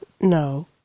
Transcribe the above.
no